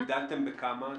הגדלתם בכמה?